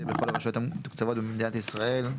בכל הרשויות המתוקצבות במדינת ישראל),